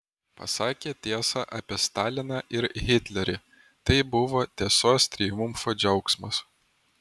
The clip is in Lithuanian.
pasakė tiesą apie staliną ir hitlerį tai buvo tiesos triumfo džiaugsmas